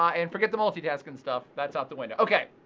um and forget the multitasking stuff, that's out the window. okay,